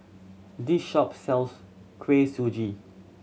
this shop sells Kuih Suji